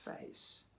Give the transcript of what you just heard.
face